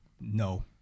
No